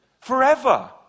forever